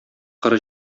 коры